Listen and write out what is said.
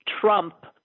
Trump